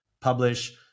publish